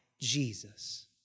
Jesus